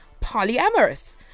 polyamorous